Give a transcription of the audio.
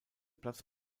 platz